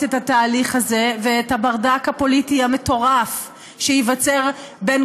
את התהליך הזה ואת הברדק הפוליטי המטורף שייווצר בין